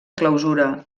clausura